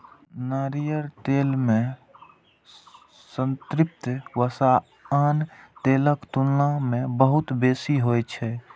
नारियल तेल मे संतृप्त वसा आन तेलक तुलना मे बहुत बेसी होइ छै